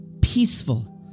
peaceful